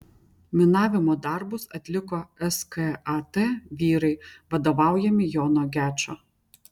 minavimo darbus atliko skat vyrai vadovaujami jono gečo